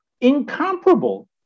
incomparable